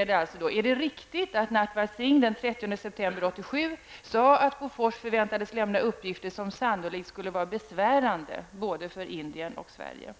Är det riktigt att Natwar Singh den 30 september 1987 sade att Bofors förväntades lämna uppgifter som sannolikt skulle vara besvärande för både Indien och Sverige?